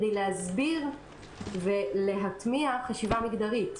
כדי להסביר ולהטמיע חשיבה מגדרית.